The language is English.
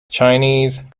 chinese